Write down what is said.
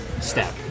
step